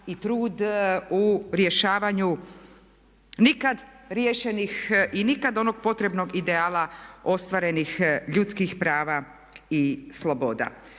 i trud u rješavanju nikad riješenih i nikad onog potrebnog ideala ostvarenih ljudskih prava i sloboda.